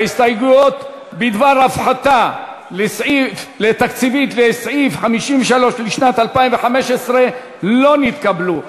ההסתייגויות בדבר הפחתה תקציבית לסעיף 53 לשנת 2015 לא נתקבלו.